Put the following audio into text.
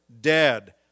dead